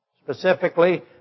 Specifically